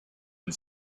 and